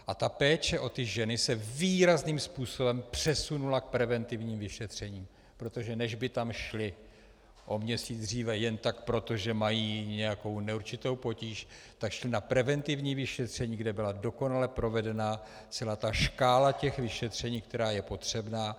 A ta péče o ženy se výrazným způsobem přesunula k preventivním vyšetřením, protože než by tam šly o měsíc dříve jen tak proto, že mají nějakou neurčitou potíž, tak šly na preventivní vyšetření, kde byla dokonale provedena celá škála těch vyšetření, která je potřebná.